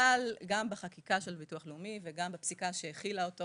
אבל גם בחקיקה של ביטוח לאומי וגם בפסיקה שהחילה אותו